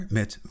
met